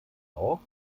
auch